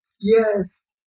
Yes